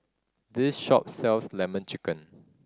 this shop sells Lemon Chicken